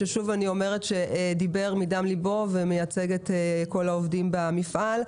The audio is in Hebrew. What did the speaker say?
ששוב אני אומרת שדיבר מדם ליבו ומייצג את כל העובדים במפעל.